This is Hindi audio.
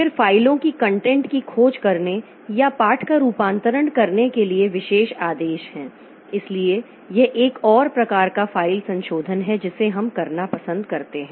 फिर फ़ाइलों की कंटेंट की खोज करने या पाठ का रूपांतरण करने के लिए विशेष आदेश हैं इसलिए यह एक और प्रकार का फ़ाइल संशोधन है जिसे हम करना पसंद करते हैं